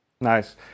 Nice